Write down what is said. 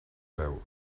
veu